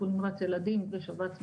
טיפול נמרץ ילדים ושבץ מוחי,